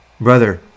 Brother